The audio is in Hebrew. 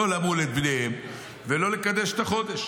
לא למול את בניהם ולא לקדש את החודש.